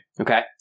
Okay